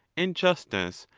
and justice,